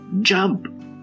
Jump